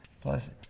plus